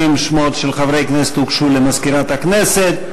20 שמות של חברי כנסת הוגשו למזכירת הכנסת,